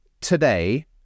today